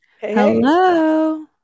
Hello